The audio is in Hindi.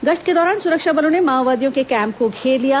गश्त के दौरान सुरक्षा बलों ने माओवादियों के कैम्प को घेर लिया